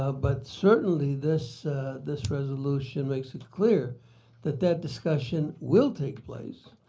ah but certainly this this resolution makes it clear that that discussion will take place.